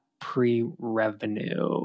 pre-revenue